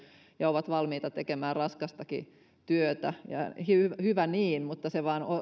ja ovat valmiita tekemään raskastakin työtä hyvä hyvä niin mutta se vain